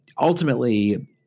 Ultimately